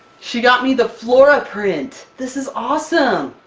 she got me the flora print! this is awesome!